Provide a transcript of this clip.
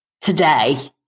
today